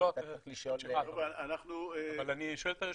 זה צריך לשאול --- אבל אני שואל את היושב ראש,